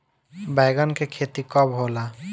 बैंगन के खेती कब होला?